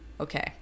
okay